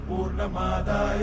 Purnamada